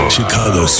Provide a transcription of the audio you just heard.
Chicago